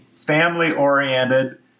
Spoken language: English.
family-oriented